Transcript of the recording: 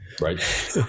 right